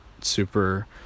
super